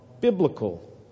biblical